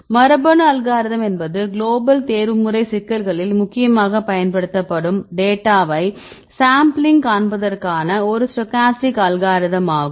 மரபணு அல்காரிதம் என்பது குளோபல் தேர்வுமுறை சிக்கல்களில் முக்கியமாகப் பயன்படுத்தும் டேட்டாவை சாம்பிளிங் காண்பதற்கான ஒரு ஸ்டோக்காஸ்டிக் அல்காரிதம் ஆகும்